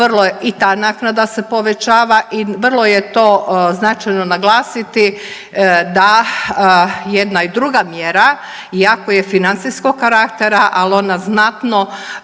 I ta naknada se povećava. I vrlo je to značajno naglasiti da jedna i druga mjera iako je financijskog karaktera ali ona znatno